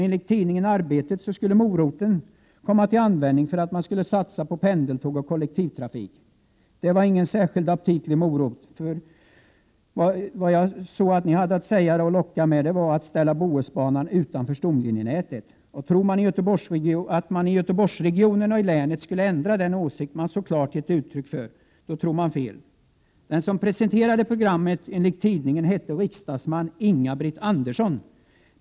Enligt tidningen Arbetet skulle så att säga moroten komma till användning för att man skall få en satsning på pendeltåg och kollektivtrafik. Det var dock ingen särskilt aptitlig morot. Vad ni hade att locka med var att Bohusbanan skulle placeras utanför stomlinjenätet. Den som tror att man i Göteborgsregionen och länet i övrigt skulle ändra den åsikt som man så klart har gett uttryck för, tar fel. Den som presenterade programmet var, enligt tidningen, riksdagsman Inga-Britt Andersson.